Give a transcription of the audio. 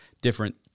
different